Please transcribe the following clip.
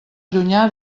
llunyà